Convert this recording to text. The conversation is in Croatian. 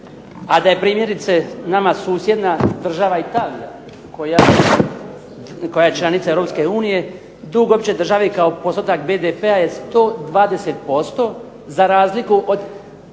a da je primjerice nama susjedna država Italija koja je članica Europske unije dug opće države kao postotak BDP-a je 120% za razliku od